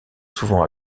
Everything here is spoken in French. souvent